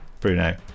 Bruno